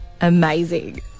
Amazing